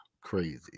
Crazy